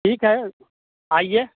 ठीक है आइए